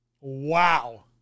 wow